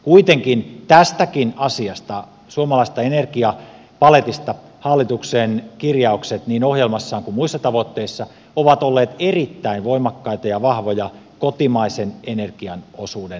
kuitenkin tästäkin asiasta suomalaisesta energiapaletista hallituksen kir jaukset niin ohjelmassaan kuin muissa tavoitteissa ovat olleet erittäin voimakkaita ja vahvoja kotimaisen energian osuuden lisäämiseksi